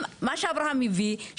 אם מה שאברהם הביא,